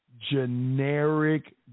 generic